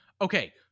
Okay